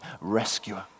rescuer